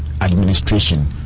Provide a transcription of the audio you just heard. administration